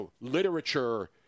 literature